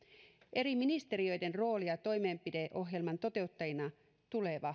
eri ministeriöiden roolia toimenpideohjelman toteuttajina tulee